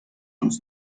uns